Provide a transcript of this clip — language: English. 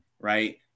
right